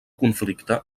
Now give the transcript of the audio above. conflicte